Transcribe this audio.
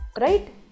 Right